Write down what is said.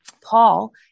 Paul